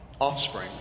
Offspring